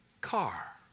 Car